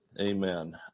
Amen